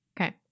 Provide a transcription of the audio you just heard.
Okay